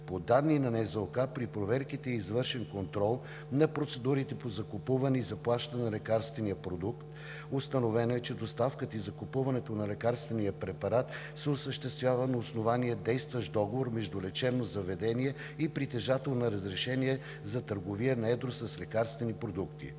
По данни от НЗОК, при проверките е извършен контрол на процедурата по закупуване и заплащане на лекарствения продукт INN Pemetrexed. Установено е, че доставката и закупуването на лекарствения препарат се осъществява на основание действащ договор между лечебното заведение и притежател на разрешение за търговия на едро с лекарствени продукти.